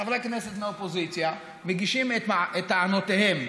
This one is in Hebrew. חברי הכנסת מהאופוזיציה מגישים את טענותיהם,